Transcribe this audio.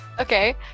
Okay